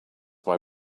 why